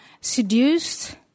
seduced